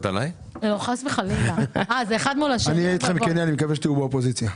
אני אהיה אתכם כן, אני מקווה שתהיו באופוזיציה.